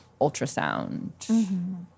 ultrasound